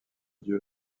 dieu